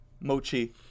mochi